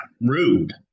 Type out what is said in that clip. rude